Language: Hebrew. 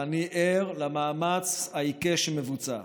ואני ער למאמץ העיקש שמבוצע.